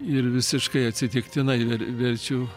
ir visiškai atsitiktinai ir verčiu